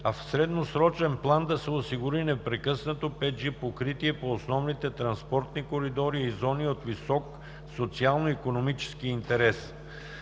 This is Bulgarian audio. а в средносрочен период да се осигури непрекъснато 5G покритие по основните транспортни коридори и зони от висок социално-икономически интерес.